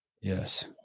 Yes